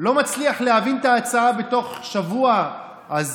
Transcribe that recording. לא מצליח להבין את ההצעה בתוך שבוע אז